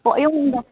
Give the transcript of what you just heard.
ꯍꯣ ꯑꯌꯨꯛ ꯅꯨꯡꯗꯥꯡ